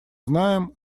знаем